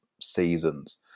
seasons